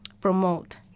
promote